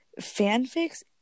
fanfics